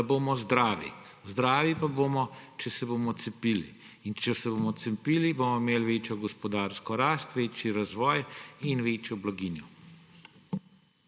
da bomo zdravi. Zdravi pa bomo, če se bomo cepili. In če se bomo cepili, bomo imeli večjo gospodarsko rast, večji razvoj in večjo blaginjo.